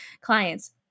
clients